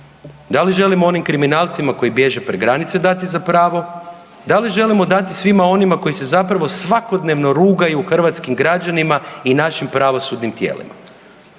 Da li želimo onim kriminalcima koji bježe preko granice dati za prvo? Da li želimo dati svima onima koji se zapravo svakodnevno rugaju hrvatskim građanima i našim pravosudnim tijelima?